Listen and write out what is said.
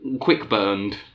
quick-burned